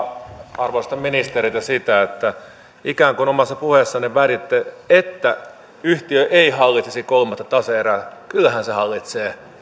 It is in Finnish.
arvoisalta ministeriltä sitä että ikään kuin omassa puheessanne väititte että yhtiö ei hallitsisi kolmatta tase erää kyllähän se hallitsee